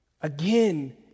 again